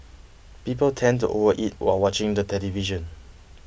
people tend to overeat while watching the television